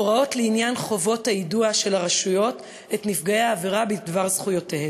הוראות לעניין חובות היידוע של הרשויות את נפגעי העבירה בדבר זכויותיהם.